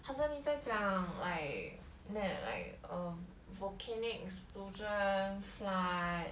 好像人家讲 leh like nat~ like err volcanic explosion flood